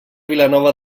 vilanova